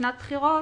ובשנת בחירות,